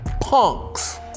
punks